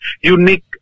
unique